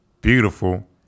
beautiful